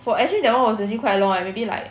oh actually that [one] was actually quite long eh maybe like